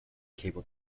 cable